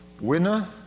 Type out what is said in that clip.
winner